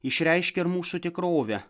išreiškia ir mūsų tikrovę